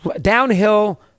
downhill